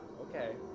okay